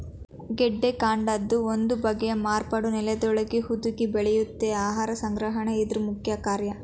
ಗೆಡ್ಡೆಕಾಂಡದ ಒಂದು ಬಗೆಯ ಮಾರ್ಪಾಟು ನೆಲದೊಳಗೇ ಹುದುಗಿ ಬೆಳೆಯುತ್ತೆ ಆಹಾರ ಸಂಗ್ರಹಣೆ ಇದ್ರ ಮುಖ್ಯಕಾರ್ಯ